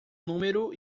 número